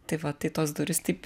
tai va tai tos durys taip